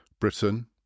Britain